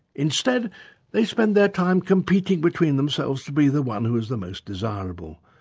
instead they spend their time competing between themselves to be the one who is the most desirable.